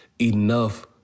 enough